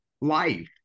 life